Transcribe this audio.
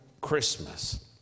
Christmas